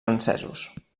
francesos